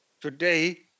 Today